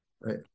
Right